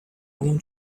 want